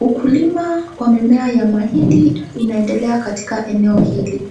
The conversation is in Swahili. Ukulima wa mimea ya mahindi, unaendelea katika eneo hili,